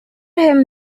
him